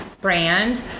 Brand